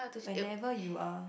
whenever you are